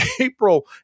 April